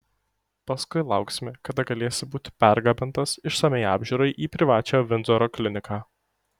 paskui lauksime kada galėsi būti pergabentas išsamiai apžiūrai į privačią vindzoro kliniką